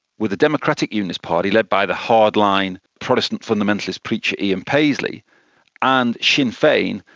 were the democratic unionist party led by the hard-line protestant fundamentalist preacher ian paisley and sinn fein,